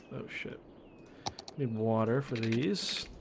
oh shit in water for these